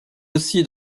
aussi